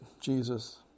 Jesus